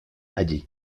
allí